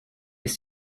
ist